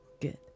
Good